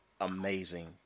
amazing